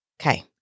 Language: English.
Okay